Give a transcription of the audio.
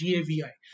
Gavi